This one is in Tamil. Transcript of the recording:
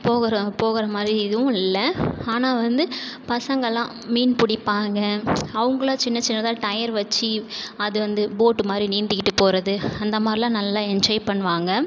போகிற போகிற மாதிரி எதுவும் இல்லை ஆனால் வந்து பசங்கள்லாம் மீன் பிடிப்பாங்க அவங்களாக சின்ன சின்னதாக டயர் வச்சு அது வந்து போட் மாதிரி நீந்திக்கிட்டு போகிறது அந்தமாதிரியெல்லாம் நல்லா என்ஜாய் பண்ணுவாங்க